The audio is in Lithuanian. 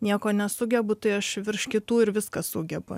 nieko nesugebu tai aš virš kitų ir viską sugebu